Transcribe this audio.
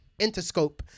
Interscope